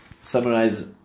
summarize